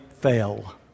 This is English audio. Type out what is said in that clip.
fail